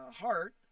heart